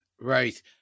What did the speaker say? Right